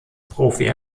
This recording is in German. profi